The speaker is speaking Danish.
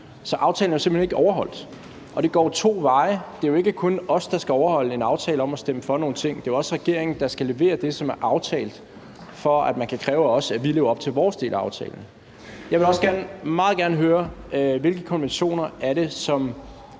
Så aftalen er simpelt hen ikke overholdt. Og det går jo to veje; det er ikke kun os, der skal overholde en aftale om at stemme for nogle ting, det er også regeringen, der skal levere det, som er aftalt, for at man kan kræve af os, at vi lever op til vores del af aftalen. Jeg vil også meget gerne høre, hvilke konventioner det er, som